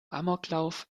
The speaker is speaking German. amoklauf